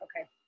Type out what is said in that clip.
okay